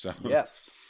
Yes